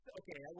okay